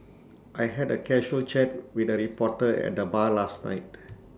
I had A casual chat with A reporter at the bar last night